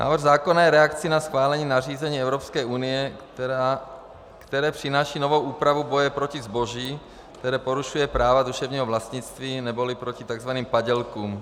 Návrh zákona je reakcí na schválení nařízení Evropské unie, které přináší novou úpravu boje proti zboží, které porušuje práva duševnímu vlastnictví, neboli proti tzv. padělkům.